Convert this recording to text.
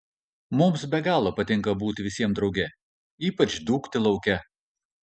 mums be galo patinka būti visiems drauge ypač dūkti lauke